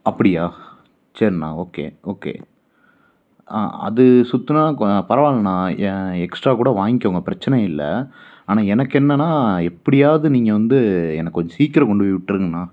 அப்படியா சரிண்ணா okay okay ஆ அது சுற்றினாலும் கோ பரவாயில்லண்ணா ஏன் எக்ஸ்ட்ரா கூட வாங்கிக்கோங்கள் பிரச்சனை இல்லை ஆனால் எனக்கு என்னன்னா எப்படியாவது நீங்கள் வந்து எனக்கு கொஞ்ச சீக்கிரம் கொண்டு போய் விட்ருங்கண்ணா